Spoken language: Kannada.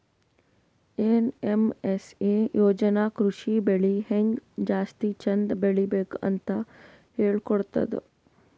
ಏನ್.ಎಮ್.ಎಸ್.ಎ ಯೋಜನಾ ಕೃಷಿ ಬೆಳಿ ಹೆಂಗ್ ಜಾಸ್ತಿ ಚಂದ್ ಬೆಳಿಬೇಕ್ ಅಂತ್ ಹೇಳ್ಕೊಡ್ತದ್